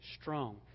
strong